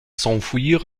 s’enfuir